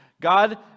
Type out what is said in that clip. God